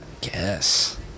guess